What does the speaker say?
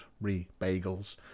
re-bagels